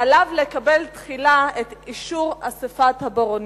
עליו לקבל תחילה את אישור אספת הברונים,